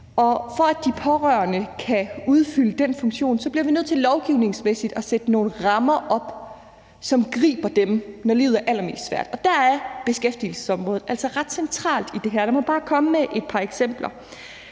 og for at de pårørende kan udfylde den funktion, bliver vi lovgivningsmæssigt nødt til at sætte nogle rammer op, så vi griber dem, når livet er allermest svært, og her er beskæftigelsesområdet altså ret centralt, og lad mig bare komme med et par eksempler.